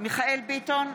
מיכאל מרדכי ביטון,